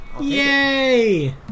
Yay